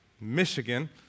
Michigan